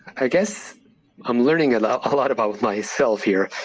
i guess i'm learning a lot ah lot about myself here,